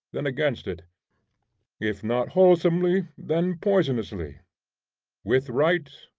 then against it if not wholesomely, then poisonously with right,